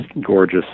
gorgeous